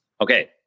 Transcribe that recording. Okay